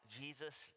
Jesus